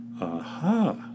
aha